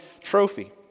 Trophy